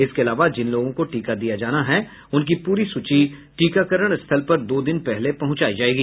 इसके अलावा जिन लोगों को टीका दिया जाना है उनकी प्ररी सूची टीकाकरण स्थल पर दो दिन पहले पहुंचायी जायेगी